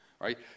right